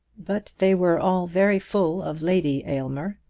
but they were all very full of lady aylmer.